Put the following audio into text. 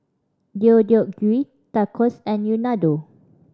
Deodeok Gui Tacos and Unadon